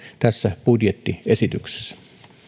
tässä budjettiesityksessä